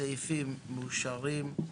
הסעיפים מאושרים.